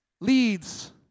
leads